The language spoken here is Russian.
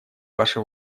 ваше